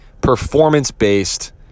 performance-based